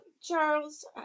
Charles